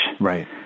Right